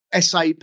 SAP